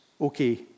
okay